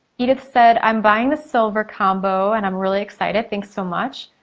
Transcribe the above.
edith said i'm buying the silver combo and i'm really excited. thanks so much.